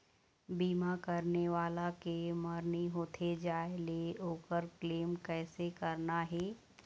बीमा करने वाला के मरनी होथे जाय ले, ओकर क्लेम कैसे करना हे?